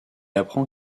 apprend